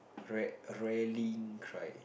rare raring cry